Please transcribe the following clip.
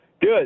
Good